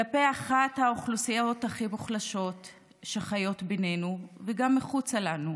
כלפי אחת האוכלוסיות הכי מוחלשות שחיות ביננו וגם מחוצה לנו: